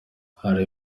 hari